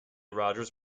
rodgers